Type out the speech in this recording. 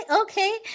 okay